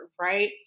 right